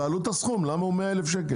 תעלו את הסכום, למה הוא 100 אלף שקל?